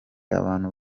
abantu